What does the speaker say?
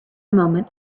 moment